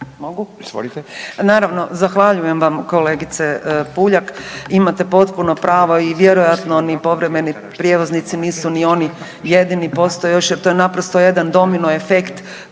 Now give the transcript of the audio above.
Naravno, zahvaljujem vam kolegice Puljak, imate potpuno pravo i vjerojatno ni povremeni prijevoznici nisu ni oni jedini postoje još jer to je naprosto jedan domino efekt